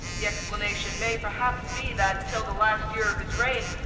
the explanation may perhaps be that, till the last year of his reign,